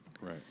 Right